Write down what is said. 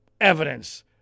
evidence